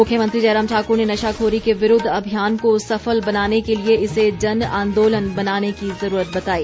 मुख्यमंत्री जयराम ठाकुर ने नशाखोरी के विरूद्व अभियान को सफल बनाने के लिए इसे जन आंदोलन बनाने की ज़रूरत बताई